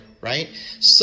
right